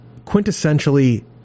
quintessentially